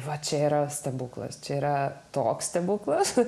va čia yra stebuklas čia yra toks stebuklas kad